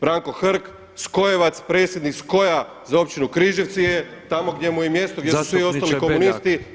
Branko Hrg, skojevac predsjednik SKOJ-a za općinu Križevci, tamo gdje mu je i mjesto gdje su svi ostali komunisti.